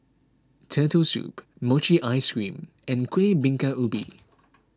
Turtle Soup Mochi Ice Cream and Kueh Bingka Ubi